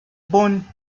bone